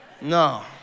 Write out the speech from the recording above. No